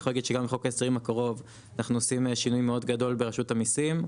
גם בחוק ההסדרים הקרוב אנחנו עושים שינוי מאוד גדול ברשות המיסים,